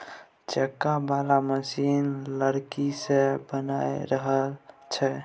चक्का बला मशीन लकड़ी सँ बनल रहइ छै